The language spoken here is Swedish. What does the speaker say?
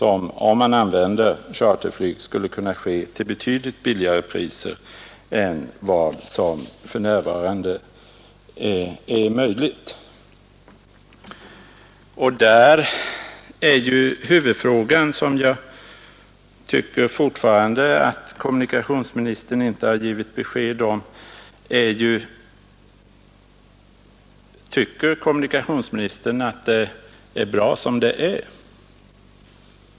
Om man använder charterflyg skulle dessa resor kunna ordnas till betydligt lägre priser än som för närvarande är möjligt. Huvudfrågan — och jag anser att kommunikationsministern där fortfarande inte har givit besked — är då: Tycker kommunikationsministern att det är bra som det är?